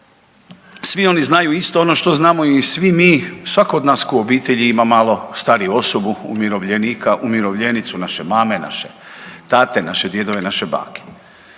Svi oni znaju isto ono što znamo i svi mi, svatko od nas tko u obitelji ima malo stariju osobu, umirovljenika, umirovljenicu, naše mame, naše tate, naše djedove, naše bake.